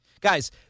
Guys